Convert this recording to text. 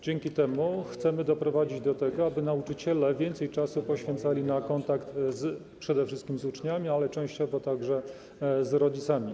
Dzięki temu chcemy doprowadzić do tego, aby nauczyciele więcej czasu poświęcali na kontakt przede wszystkim z uczniami, ale częściowo także z rodzicami.